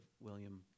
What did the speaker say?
William